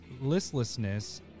listlessness